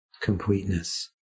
Completeness